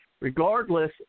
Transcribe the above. Regardless